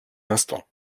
instants